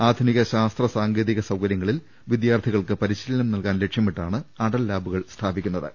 ആധുനിക ശാസ്ത്ര സാങ്കേതിക സൌകര്യങ്ങളിൽ വിദ്യാർത്ഥികൾക്ക് പരിശീലനം നൽകാൻ ലക്ഷ്യമിട്ടാണ് അടൽ ലാബുകൾ സ്ഥാപിക്കു ന്നത്